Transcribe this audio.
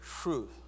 truth